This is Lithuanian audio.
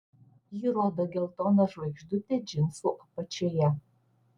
ji rodo geltoną žvaigždutę džinsų apačioje